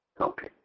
Okay